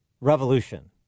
Revolution